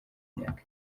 imyaka